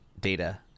Data